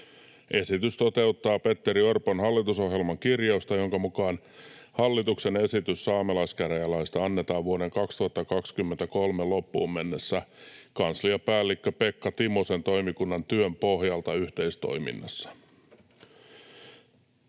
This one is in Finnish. Esitys toteuttaa Petteri Orpon hallitusohjelman kirjausta, jonka mukaan hallituksen esitys saamelaiskäräjälaista annetaan vuoden 2023 loppuun mennessä kansliapäällikkö Pekka Timosen toimikunnan työn pohjalta yhteistoiminnassa